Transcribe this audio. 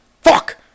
Fuck